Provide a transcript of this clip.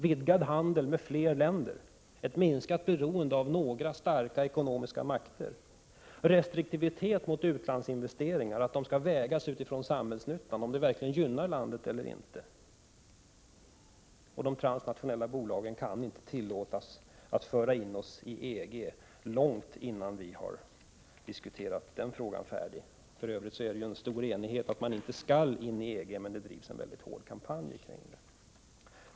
Vidgad handel med fler länder, ett minskat beroende av några enstaka ekonomiska makter, restriktivitet mot utlandsinvesteringar. De skall vägas med hänsyn till samhällsnyttan, om de verkligen gynnar landet eller inte. De transnationella bolagen kan inte tillåtas föra in oss i EG långt innan vi diskuterat den frågan färdigt. För övrigt råder en stor enighet om att vi inte skall gå in i EG, men det drivs en mycket hård kampanj i den frågan.